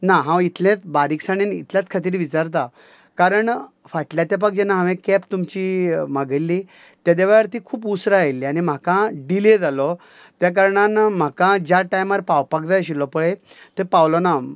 ना हांव इतलेच बारीकसाणेन इतलेच खातीर विचारतां कारण फाटल्या तेपाक जेन्ना हांवें कॅब तुमची मागयल्ली तेद्या वेळार ती खूब उसरां आयिल्ली आनी म्हाका डिले जालो त्या कारणान म्हाका ज्या टायमार पावपाक जाय आशिल्लो पळय थंय पावलो ना